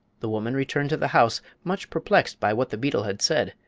the woman returned to the house much perplexed by what the beetle had said,